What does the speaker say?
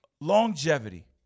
longevity